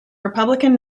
republican